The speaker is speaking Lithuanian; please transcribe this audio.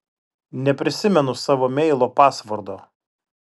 neprisimenu savo meilo pasvordo